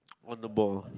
on the ball